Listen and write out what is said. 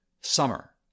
summer